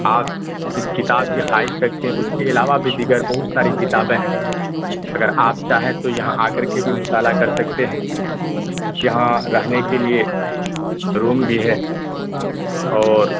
آپ جس کتاب کی خواہش رکھتے ہیں اس کے علاوہ بھی دیگر بہت ساری کتابیں ہیں اگر آپ چاہیں تو یہاں آ کرکے بھی مطالعہ کر سکتے ہیں یہاں رہنے کے لیے روم بھی ہے اور